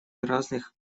разных